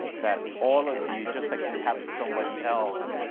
that all of you, just like you have somebody else,